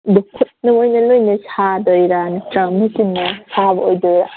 ꯑꯗꯣ ꯈꯨꯠꯅ ꯑꯣꯏꯅ ꯂꯣꯏꯅ ꯁꯥꯗꯣꯏꯔꯥ ꯅꯠꯇ꯭ꯔꯒ ꯃꯦꯆꯤꯟꯅ ꯁꯥꯕ ꯑꯣꯗꯣꯏꯔꯥ